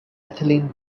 methylene